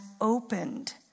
opened